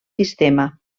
sistema